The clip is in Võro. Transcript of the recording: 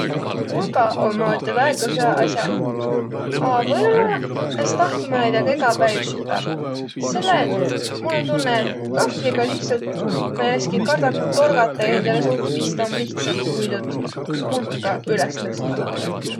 Pulgaq ommaq üteq väega hüäq as'aq. A või-ollaq es tahtnuq ma naidõga egä päiv süvväq, selle et mul om tunnõ, et kahvliga lihtsalt määnestki kardohkat torgata ja hindäle suuhtõ pista om lihtsamb, kui tuud pulkõgaq üles nõstma naadaq.